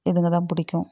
இதுங்க தான் பிடிக்கும்